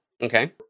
Okay